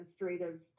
administrative